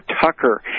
Tucker